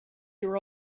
your